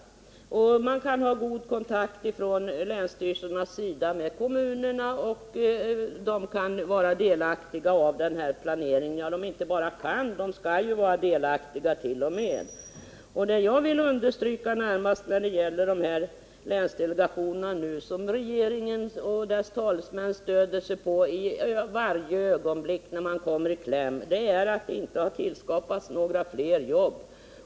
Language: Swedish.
Länsstyrelserna kan ha goda kontakter med kommunerna, och de kan vara delaktiga i planeringen - ja, de inte bara kan utan de skall vara delaktiga i den. Det jag närmast vill understryka när det gäller de länsdelegationer som regeringen och dess talesmän stöder sig på i varje ögonblick som man kommer i kläm är att de inte tillskapat några fler jobb.